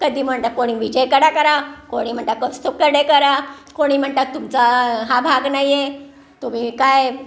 कधी म्हणता कोणी विजयकडे करा कोणी म्हणता कौस्तुभकडे करा कोणी म्हणतात तुमचा हा भाग नाही आहे तुम्ही काय